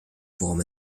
worum